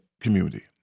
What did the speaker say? community